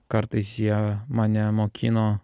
kartais jie mane mokino